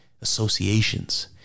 associations